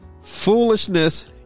foolishness